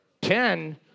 ten